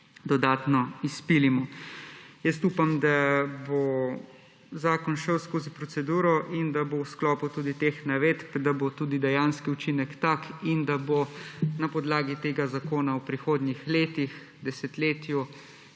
dodatno izpilimo. Upam, da bo zakon šel skozi proceduro in da bo v sklopu teh navedb, da bo tudi dejanski učinek takšen in da bo na podlagi tega zakona v prihodnjih letih, desetletju